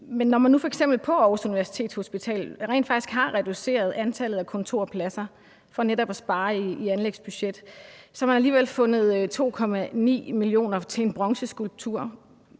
Selv om man nu f.eks. på Aarhus Universitetshospital rent faktisk har reduceret antallet af kontorpladser for netop at spare i anlægsbudgettet, har man alligevel fundet 2,9 mio. kr. til en bronzeskulptur.